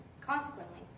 Consequently